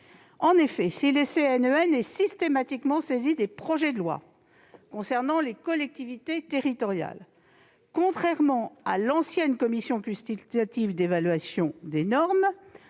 En effet, si le CNEN est systématiquement saisi des projets de loi concernant les collectivités territoriales, contrairement à l'ancienne Commission consultative d'évaluation des normes